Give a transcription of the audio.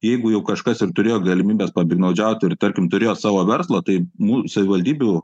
jeigu jau kažkas ir turėjo galimybes papiktnaudžiaut ir tarkim turėjo savo verslą tai nu savivaldybių